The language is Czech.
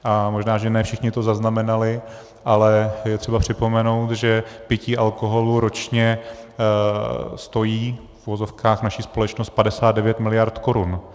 A možná že ne všichni to zaznamenali, ale je třeba připomenout, že pití alkoholu ročně stojí, v uvozovkách, naši společnost 59 miliard korun.